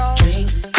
drinks